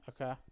Okay